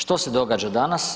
Što se događa danas?